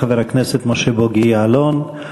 חבר הכנסת משה בוגי יעלון,